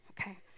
Okay